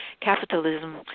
capitalism